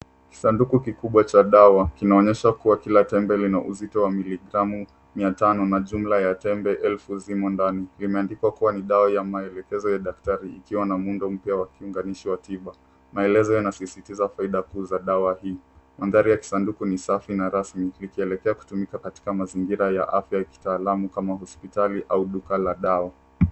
Kisanduku kikubwa cha dawa kinaonyesha kuwa kila tembe lina uzito wa miligramu mia tano na jumla ya tembe elfu zimo ndani. Limeandikwa kuwa ni dawa ya maelekezo ya daktari ikiwa na muundo mpya wa kiunganishi wa tiba. Maelezo yanasisitiza faida kuu za dawa hii. Mandhari ya kisanduku ni safi na rasmi likielekea kutumika katika mazingira ya afya ya kitalamu kama hospitali au duka la dawa.